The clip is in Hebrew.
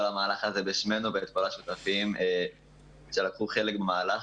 המהלך הזה בשמנו ולכל השותפים שלקחו חלק במהלך,